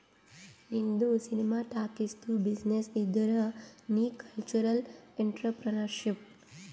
ನಿಂದು ಸಿನಿಮಾ ಟಾಕೀಸ್ದು ಬಿಸಿನ್ನೆಸ್ ಇದ್ದುರ್ ನೀ ಕಲ್ಚರಲ್ ಇಂಟ್ರಪ್ರಿನರ್ಶಿಪ್